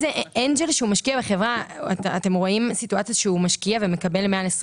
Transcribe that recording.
אנג'ל שהוא משקיע בחברה אתם רואים סיטואציה שהוא משקיע ומקבל מעל 25%?